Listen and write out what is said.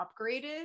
upgraded